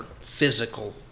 physical